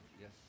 Yes